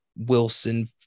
Wilson